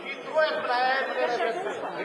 פרשת דן